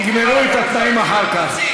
תגמרו את התנאים אחר כך.